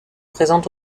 présentes